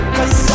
Cause